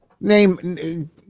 Name